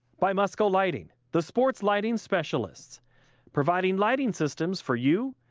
by mussco lighting. the sports lighting specialists providing lighting systems for you,